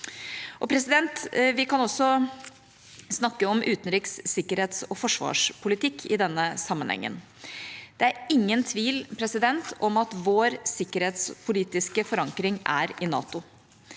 perrongen. Vi kan også snakke om utenriks-, sikkerhets- og forsvarspolitikk i denne sammenhengen. Det er ingen tvil om at vår sikkerhetspolitiske forankring er i NATO.